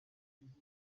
amerika